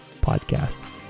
podcast